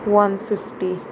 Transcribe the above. one fifty